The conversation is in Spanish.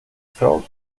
through